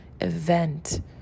event